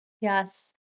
Yes